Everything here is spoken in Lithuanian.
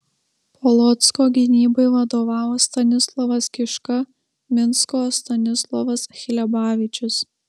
polocko gynybai vadovavo stanislovas kiška minsko stanislovas hlebavičius